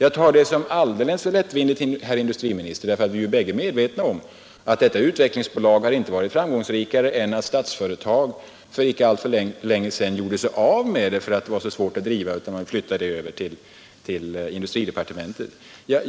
Både industriministern och jag är medvetna om att detta utvecklingsbolag inte har varit framgångsrikare än att Statsföretag för icke alltför länge sedan gjorde sig av med det, därför att det var svårt att driva, och flyttade över det till industridepartementet.